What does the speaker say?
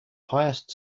highest